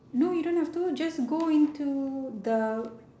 no you don't have to just go into the